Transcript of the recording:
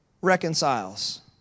reconciles